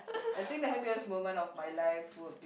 I think the happiest moment of my life would be